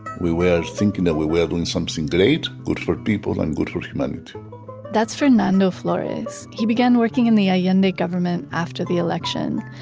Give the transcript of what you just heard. we were thinking that we were doing something great, good for people, and good for humanity that's fernando flores. he began working in the allende government after the election,